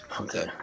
Okay